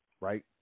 right